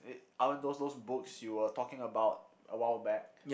uh I mean those those books you were talking about a while back